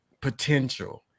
potential